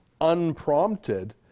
unprompted